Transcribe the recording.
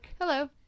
hello